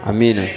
Amen